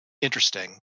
interesting